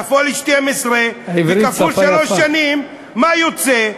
כפול 12 וכפול שלוש שנים, מה יוצא?